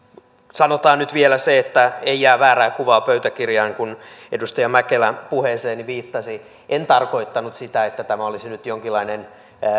sanotaan nyt vielä jotta ei jää väärää kuvaa pöytäkirjaan kun edustaja mäkelä puheeseeni viittasi en tarkoittanut sitä että tämä olisi nyt jonkinlainen